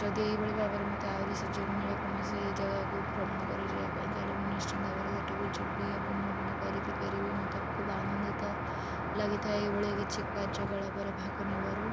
ଯଦି ଏଇଭଳି ଭାବରେ ମୋତେ ଆହୁରି ସୁଯୋଗ ମିଳେ କୌଣସି ଜାଗାକୁ ଭ୍ରମଣ କରିଯିବା ପାଇଁ ତାହେଲେ ମୁଁ ନିଶ୍ଚିନ୍ତ ଭାବରେ ସେଠାକୁ ଯିବି ଏବଂ ଭ୍ରମଣ କରିକି ଫେରିବି ମୋତେ ଖୁବ ଆନନ୍ଦିତ ଲାଗିଥାଏ ଏଇଭଳି କିଛି କାର୍ଯ୍ୟକଳାପରେ ଭାଗ ନେବାରୁ